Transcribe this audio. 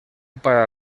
para